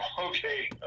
Okay